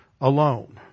alone